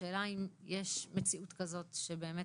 השאלה היא אם יש מציאות כזו שבאמת